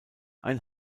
ein